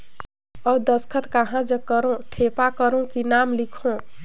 अउ दस्खत कहा जग करो ठेपा करो कि नाम लिखो?